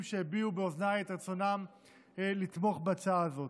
שהביעו באוזניי את רצונם לתמוך בהצעה הזאת.